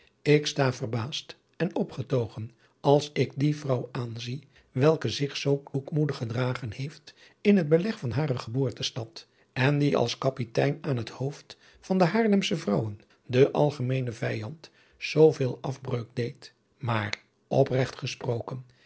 ik sta verbaasd en opgetogen als ik die vrouw aanzie welke zich zoo kloekmoedig gedragen heeft in het beleg van hare geboortestad en die als kapitein aan het hoofd van de haarlemsche vrouwen den algemeenen vijand zooveel afbreuk deed maar opregt gesproken